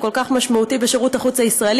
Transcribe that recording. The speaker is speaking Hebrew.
שהוא כל כך משמעותי בשירות החוץ הישראלי.